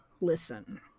listen